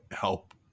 help